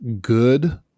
good